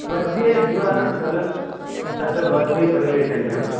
मध्ये द्विवारं जलं तत्र भवद्भिः परिवेशनीयम्